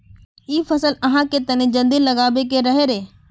इ फसल आहाँ के तने जल्दी लागबे के रहे रे?